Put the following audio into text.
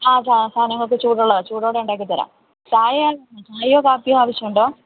അ സാധനങ്ങളൊക്കെ ചൂടുള്ളതാണ് ചൂടോടെ ഉണ്ടാക്കിത്തരാം ചായയോ ചായയോ കാപ്പിയോ ആവശ്യമുണ്ടോ